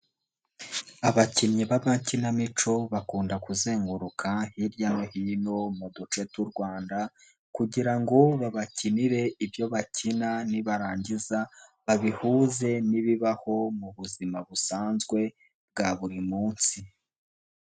Abakinnyi b'amakinamico bakunda kuzenguruka hirya no hino mu duce tw'u Rwanda kugira ngo babakinire ibyo bakina nibarangiza babihuze n'ibibaho mu buzima busanzwe bwa buri munsi.